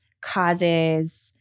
causes